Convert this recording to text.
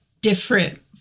different